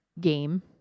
game